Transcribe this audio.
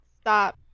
stop